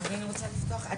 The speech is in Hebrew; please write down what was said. קארין רוצה לפתוח.